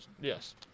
Yes